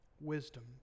wisdom